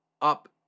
up